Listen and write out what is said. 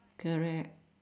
correct